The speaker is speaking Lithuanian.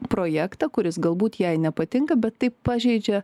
projektą kuris galbūt jai nepatinka bet tai pažeidžia